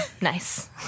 nice